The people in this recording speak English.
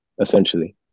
essentially